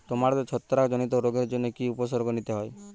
টমেটোতে ছত্রাক জনিত রোগের জন্য কি উপসর্গ নিতে হয়?